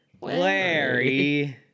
Larry